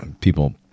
People